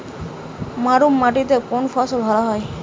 মুরাম মাটিতে কোন ফসল ভালো হয়?